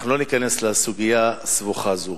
אנחנו לא ניכנס לסוגיה סבוכה זו,